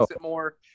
more